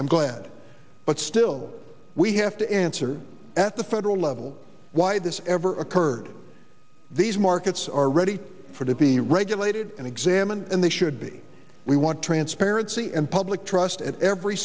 i'm glad but still we have to answer at the federal level why this ever occurred these markets are ready for to be regulated and examined and they should be we want transparency and public trust at every